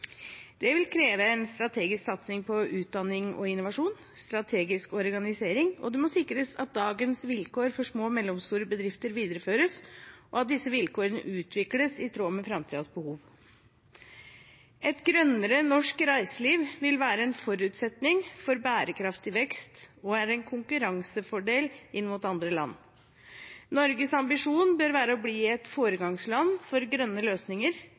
Det vil kreve en strategisk satsing på utdanning og innovasjon, strategisk organisering, og det må sikres at dagens vilkår for små og mellomstore bedrifter videreføres, og at disse vilkårene utvikles i tråd med framtidens behov. Et grønnere norsk reiseliv vil være en forutsetning for bærekraftig vekst og er en konkurransefordel inn mot andre land. Norges ambisjon bør være å bli et foregangsland for grønne løsninger